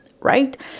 right